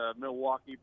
Milwaukee